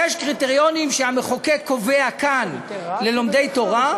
יש קריטריונים שהמחוקק קובע כאן ללומדי תורה,